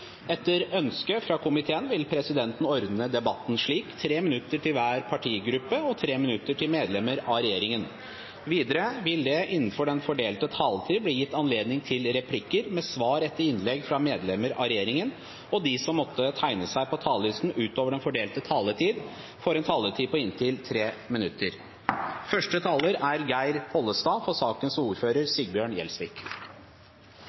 hver partigruppe og 3 minutter til medlemmer av regjeringen. Videre vil det – innenfor den fordelte taletid – bli gitt anledning til replikker med svar etter innlegg fra medlemmer av regjeringen, og de som måtte tegne seg på talerlisten utover den fordelte taletid, får en taletid på inntil 3 minutter. Første taler er Geir Pollestad, for sakens ordfører,